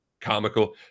Comical